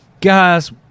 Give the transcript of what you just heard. guys